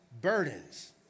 burdens